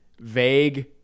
vague